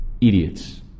Idiots